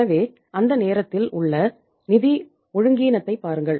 எனவே அந்த நேரத்தில் உள்ள நிதி ஒழுங்கீனத்தை பாருங்கள்